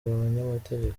abanyamategeko